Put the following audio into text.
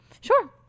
Sure